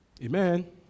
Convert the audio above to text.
Amen